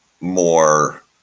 more